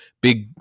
big